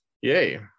yay